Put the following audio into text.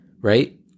right